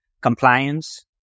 compliance